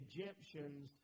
Egyptians